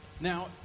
Now